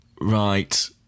Right